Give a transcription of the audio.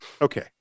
Okay